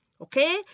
Okay